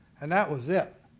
and that was it.